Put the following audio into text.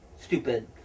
stupid